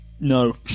no